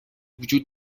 وجود